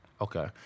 Okay